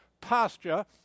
pasture